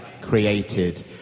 created